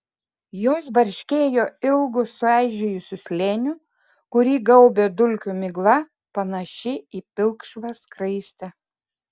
jos barškėjo ilgu suaižėjusiu slėniu kurį gaubė dulkių migla panaši į pilkšvą skraistę